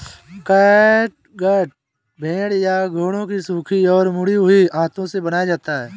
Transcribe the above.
catgut भेड़ या घोड़ों की सूखी और मुड़ी हुई आंतों से बना होता है